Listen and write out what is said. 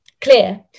clear